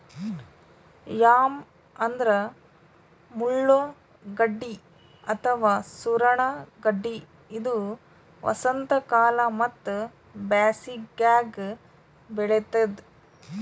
yam ಅಂದ್ರ ಮುಳ್ಳಗಡ್ಡಿ ಅಥವಾ ಸೂರಣ ಗಡ್ಡಿ ಇದು ವಸಂತಕಾಲ ಮತ್ತ್ ಬ್ಯಾಸಿಗ್ಯಾಗ್ ಬೆಳಿತದ್